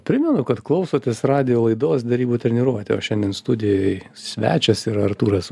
primenu kad klausotės radijo laidos derybų treniruotė o šiandien studijoj svečias yra artūras